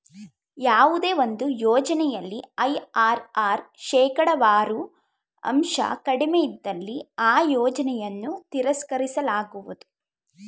ಯಾವುದೇ ಒಂದು ಯೋಜನೆಯಲ್ಲಿ ಐ.ಆರ್.ಆರ್ ಶೇಕಡವಾರು ಅಂಶ ಕಡಿಮೆ ಇದ್ದಲ್ಲಿ ಆ ಯೋಜನೆಯನ್ನು ತಿರಸ್ಕರಿಸಲಾಗುವುದು